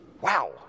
wow